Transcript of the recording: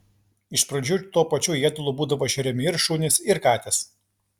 iš pradžių tuo pačiu ėdalu būdavo šeriami ir šunys ir katės